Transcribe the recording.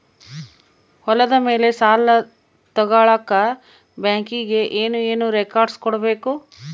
ಹೊಲದ ಮೇಲೆ ಸಾಲ ತಗಳಕ ಬ್ಯಾಂಕಿಗೆ ಏನು ಏನು ರೆಕಾರ್ಡ್ಸ್ ಕೊಡಬೇಕು?